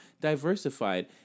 diversified